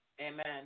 Amen